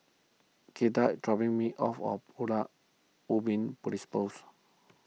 Clyda is dropping me off of Pulau Ubin Police Post